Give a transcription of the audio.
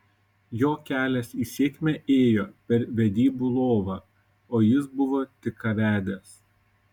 jo kelias į sėkmę ėjo per vedybų lovą o jis buvo tik ką vedęs